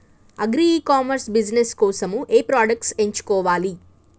Agri e commerce business కోసము ఏ products ఎంచుకోవాలి?